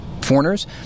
foreigners